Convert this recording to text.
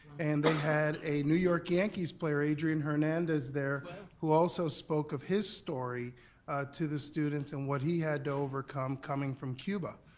and they had a new york yankees player, adrian hernandez there who also spoke of his story to the students, and what he had to overcome coming from cuba.